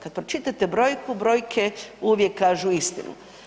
Kad pročitate brojku, brojke uvijek kažu istinu.